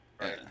Right